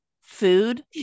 food